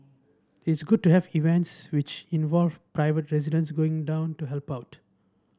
it's good to have events which involve private residents going down to help out